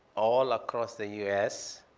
all across the us,